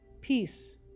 Peace